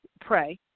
pray